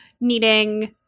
needing